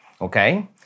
okay